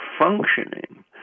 functioning